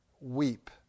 weep